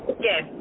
Yes